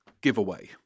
giveaway